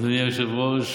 אדוני היושב-ראש,